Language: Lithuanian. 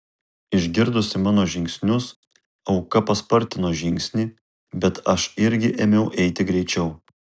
išgirdusi mano žingsnius auka paspartino žingsnį bet aš irgi ėmiau eiti greičiau